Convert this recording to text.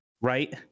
Right